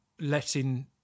letting